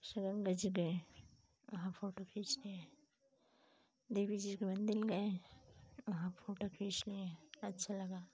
वहाँ फोटो खींचते हैं देवी जी के मंदिर में गए हैं वहाँ फोटो खींच लिए हैं अच्छा लगा